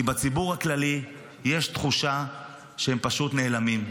כי בציבור הכללי יש תחושה שהם פשוט נעלמים,